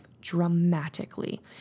dramatically